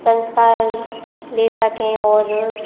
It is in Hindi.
संस्कार ले सकें और